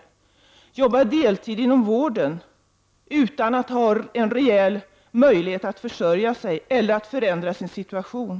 Om hon är beredd att arbeta deltid inom vården utan att ha en rejäl möjlighet att försörja sig eller förändra sin situation.